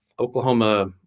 Oklahoma